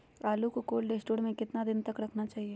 आलू को cold store में कितना दिन तक रखना चाहिए?